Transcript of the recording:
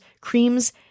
creams